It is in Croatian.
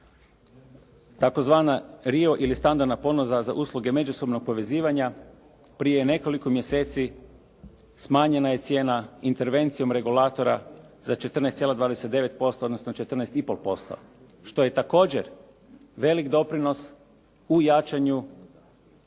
Također, tzv. RIO ili standardna ponuda za usluge međusobnog povezivanja prije nekoliko mjeseci smanjena je cijena intervencijom regulatora za 14,29& odnosno 14 i pol posto što je također velik doprinos u jačanju